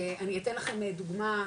אני אתן לכם דוגמא,